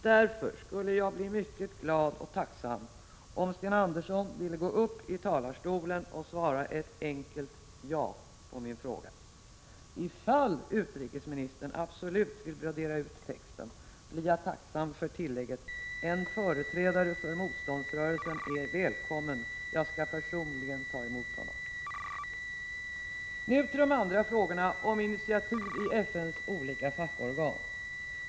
Jag skulle därför bli mycket glad och vara mycket tacksam om Sten Andersson ville gå upp i talarstolen och svara ett enkelt ja på min fråga. Om utrikesministern absolut vill brodera ut texten, blir jag tacksam om han tillägger att en företrädare för motståndsrörelsen är välkommen och att han personligen skall ta emot denna företrädare. Nu till de andra frågorna om initiativ i FN:s olika fackorgan.